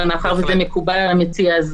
אבל מאחר שזה מקובל על המציע,